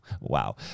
wow